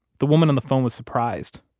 the woman on the phone was surprised.